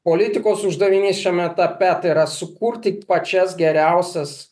politikos uždavinys šiame etape tai yra sukurti pačias geriausias